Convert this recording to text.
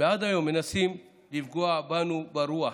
ועד היום מנסים, לפגוע בנו ברוח.